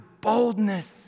boldness